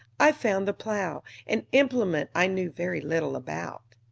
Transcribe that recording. i found the plow, an implement i knew very little about.